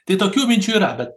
tai tokių minčių yra bet